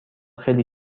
خیلی